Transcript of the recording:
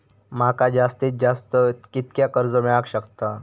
माका जास्तीत जास्त कितक्या कर्ज मेलाक शकता?